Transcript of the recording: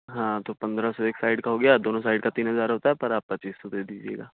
ہاں تو پندرہ سو ایک سائڈ کا ہو گیا دونوں سائڈ کا تین ہزار ہوتا ہے پر آپ پچیس سو دے دیجیے گا